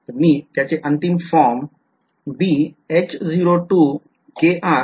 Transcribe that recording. तर मी त्याचे अंतिम फॉर्म आहे